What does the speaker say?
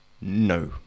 No